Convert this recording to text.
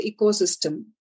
ecosystem